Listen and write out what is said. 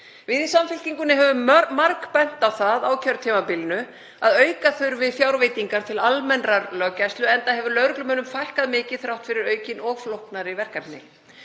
Við í Samfylkingunni höfum margbent á það á kjörtímabilinu að auka þurfi fjárveitingar til almennrar löggæslu, enda hefur lögreglumönnum fækkað mikið þrátt fyrir aukin og flóknari verkefni.